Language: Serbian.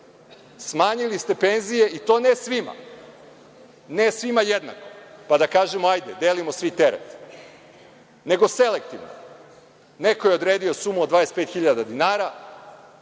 Smanjili ste penzije i to ne svima, ne svima jednako, pa da kažemo hajde delimo svi teret, nego selektivno. Neko je odredio sumu od 25.000 dinara